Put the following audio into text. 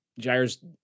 Jair's